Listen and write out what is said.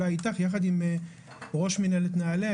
אולי אתך ועם ראש מנהלת נעל"ה,